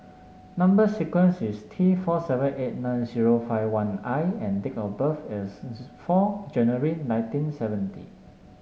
number sequence is T four seven eight nine zero five one I and date of birth is four January nineteen seventy